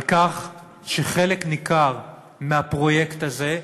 שחלק ניכר מהפרויקט הזה,